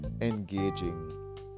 engaging